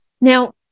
Now